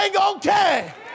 okay